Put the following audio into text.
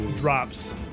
drops